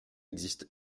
existe